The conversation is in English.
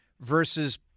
versus